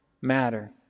matter